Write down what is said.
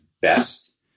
best